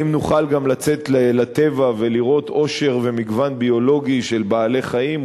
האם נוכל גם לצאת לטבע ולראות עושר ומגוון ביולוגי של בעלי-חיים,